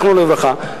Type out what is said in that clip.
זיכרונו לברכה.